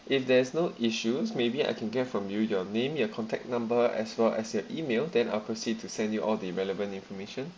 if there is no issues maybe I can get from you your name your contact number as long as your email then I'll proceed to send you all the relevant information